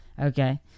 Okay